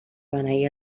beneir